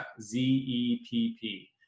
z-e-p-p